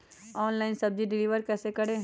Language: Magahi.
ऑनलाइन सब्जी डिलीवर कैसे करें?